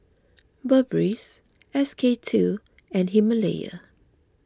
Burberries S K two and Himalaya